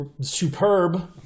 Superb